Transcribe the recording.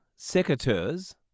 secateurs